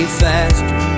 faster